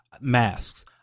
masks